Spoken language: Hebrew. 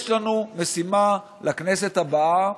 יש לנו משימה לכנסת הבאה: